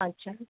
अच्छा